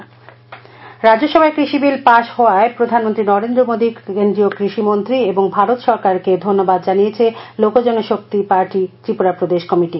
লোক জনশক্তি রাজ্য সভায় কৃষি বিল পাশ হওয়ায় প্রধানমন্ত্রী নরেন্দ্র মোদী কেন্দ্রীয় কৃষি মন্ত্রী এবং ভারত সরকারকে ধন্যবাদ জানিয়েছে লোকজন শক্তি পার্টি ত্রিপুরা প্রদেশ কমিটি